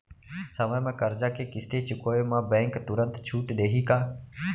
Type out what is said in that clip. समय म करजा के किस्ती चुकोय म बैंक तुरंत छूट देहि का?